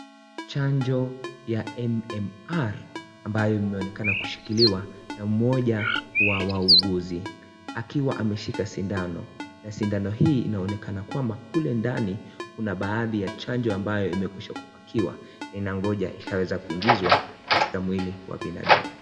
Chanjo ya MMR ambayo imeonekana kushikiliwa na mmoja wa wauguzi. Akiwa ameshika sindano na sindano hii inaonekana kwamba kule ndani kuna baadhi ya chanjo ambayo imekwisha kupakiwa, inaongoja ikaweza kuingizwa katika mwili wa binadamu.